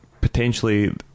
potentially